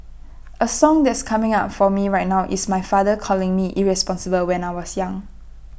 A song that's coming up for me right now is my father calling me irresponsible when I was young